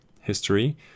history